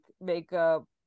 makeup